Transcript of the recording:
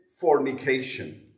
fornication